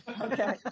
Okay